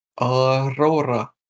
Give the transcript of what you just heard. Aurora